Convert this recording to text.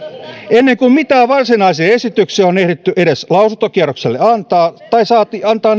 ennen kuin mitään varsinaisia esityksiä on ehditty edes lausuntokierrokselle antaa saati antaa